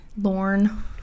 Lorne